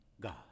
God